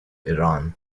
iran